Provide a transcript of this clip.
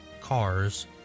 cars